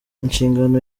inshingano